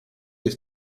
jest